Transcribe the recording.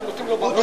אתם נותנים לו במה,